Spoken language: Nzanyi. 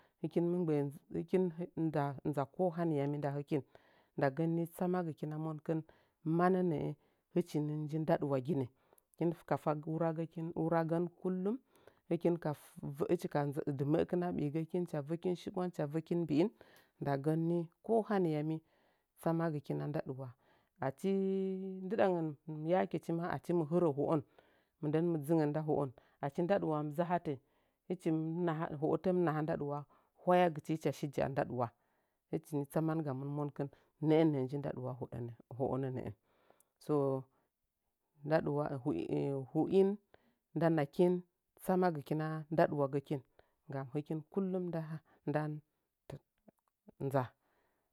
Hɨkin ma ma kohaniyami ndakin ni tsamagɨkina monkən manənəə ndaɗuwaginə hɨkin kafa wura gikiwarigən kullum hɨkinka vəchi ka dɨməkin aɓigəkin hɨcha vəkin shibwan hɨcha vəkin mbi'in ndagənni ko hani yami tsamagɨ kina ndaɗuwa achi ndəɗangən yakechi ma achi mə hərə ho'on mɨndən mɨ dzɨngən nda ho'on achi ndaɗuwa mɨ dzɨ ahatə hɨchi mɨ naha ho'otə mɨ naha ndaɗuwa hwayagɨchi hɨcha shi jaa ndaɗuwa hɨchi ni tsamaga mɨna monkin nəə nəə nji ndaɗuwa ho'o nənəə so ndaduwa hu'in nda nakin tsamagɨkina ndaɗuwagəkin gam hɨkin kullum ndan ndan tən nza.